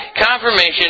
Confirmation